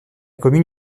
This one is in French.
commune